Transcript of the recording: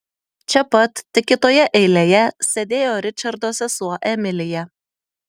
čia pat tik kitoje eilėje sėdėjo ričardo sesuo emilija